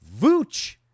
Vooch